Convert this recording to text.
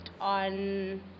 on